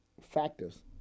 factors